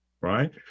right